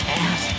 ass